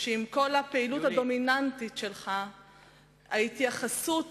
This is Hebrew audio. שעם כל הפעילות הדומיננטית שלך, ההתייחסות